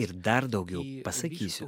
ir dar daugiau pasakysiu